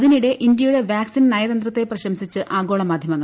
അതിനിടെ ഇന്ത്യയുടെ വാക്സിൻ നയതന്ത്രത്തെ പ്രശംസിച്ച് ആഗോള മാധ്യമങ്ങൾ